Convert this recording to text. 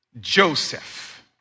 Joseph